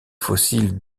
fossiles